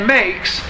makes